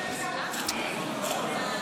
והצעת החוק תחזור לדיון בוועדת החוץ והביטחון